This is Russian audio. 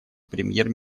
премьер